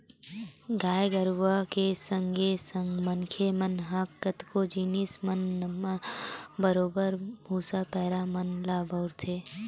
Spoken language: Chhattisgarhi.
गाय गरुवा के संगे संग मनखे मन ह कतको जिनिस मन म बरोबर भुसा, पैरा मन ल बउरथे